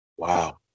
wow